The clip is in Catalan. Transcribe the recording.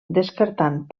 descartant